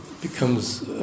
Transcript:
becomes